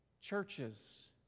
Churches